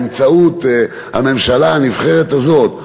באמצעות הממשלה הנבחרת הזאת,